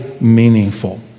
meaningful